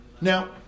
Now